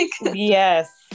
yes